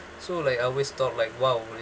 so like I always thought like !wow!